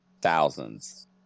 thousands